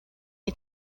est